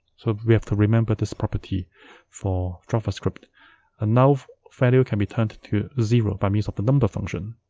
so we have to remember this property for javascript and null value can be turned to to zero by means of the number function